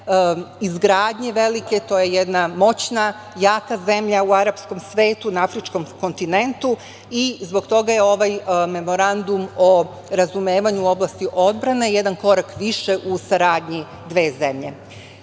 izgradnje velike. To je jedna moćna, jaka zemlja u arapskom svetu, na afričkom kontinentu i zbog toga je ovaj Memorandum o razumevanju u oblasti odbrane jedan korak više u saradnji dve zemlje. Kada